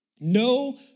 No